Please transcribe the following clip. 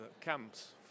camps